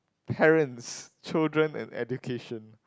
parents children and education